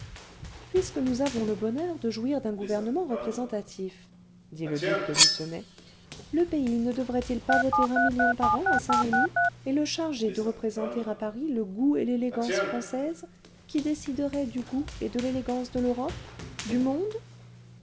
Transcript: puisque nous avons le bonheur de jouir d'un gouvernement représentatif dit le duc de lucenay le pays ne devrait-il pas voter un million par an à saint remy et le charger de représenter à paris le goût et l'élégance française qui décideraient du goût et de l'élégance de l'europe du monde